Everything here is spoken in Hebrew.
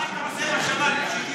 מה אתה עושה בשבת?